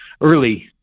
early